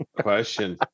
question